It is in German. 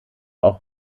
auch